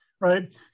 right